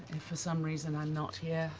and for some reason i'm not here,